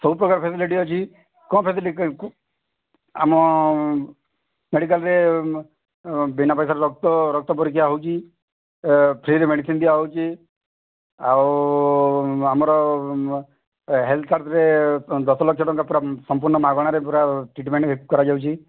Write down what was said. ସବୁପ୍ରକାର ଫ୍ୟାସିଲିଟି ଅଛି କ'ଣ ଫ୍ୟାସିଲିଟି ଦରକାର ଆପଣଙ୍କୁ ଆମ ମେଡ଼ିକାଲରେ ବିନା ପଇସାରେ ରକ୍ତ ରକ୍ତ ପରୀକ୍ଷା ହେଉଛି ଫ୍ରିରେ ମେଡ଼ିସିନ୍ ଦିଆ ହେଉଛି ଆଉ ଆମର ହେଲ୍ଥ୍ କାର୍ଡ୍ରେ ଦଶ ଲକ୍ଷ ଟଙ୍କା ପୁରା ସମ୍ପୂର୍ଣ ମାଗଣାରେ ପୁରା ଟ୍ରିଟ୍ମେଣ୍ଟ୍ ହେଲ୍ପ୍ କରା ଯାଉଛି